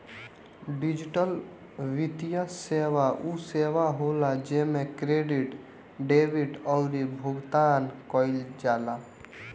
digital वित्तीय सेवा उ सेवा होला जेमे क्रेडिट, डेबिट अउरी भुगतान कईल जाला